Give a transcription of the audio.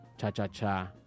cha-cha-cha